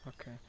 Okay